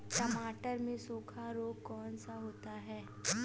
टमाटर में सूखा रोग कौन सा होता है?